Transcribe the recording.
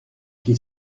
qui